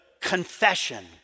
confession